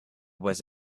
was